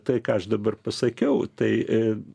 tai ką aš dabar pasakiau tai